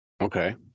Okay